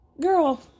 Girl